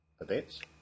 events